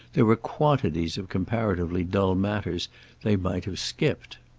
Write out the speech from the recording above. there were quantities of comparatively dull matters they might have skipped.